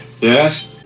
yes